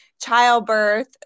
childbirth